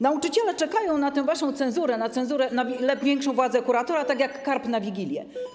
Nauczyciele czekają na tę waszą cenzurę, na większą władzę kuratora tak jak karp na Wigilię.